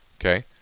Okay